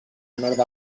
nord